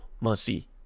mercy